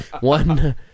one